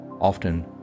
often